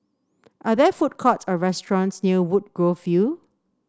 are there food courts or restaurants near Woodgrove View